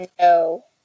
No